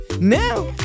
Now